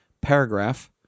paragraph